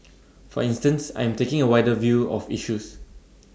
for instance I am taking A wider view of issues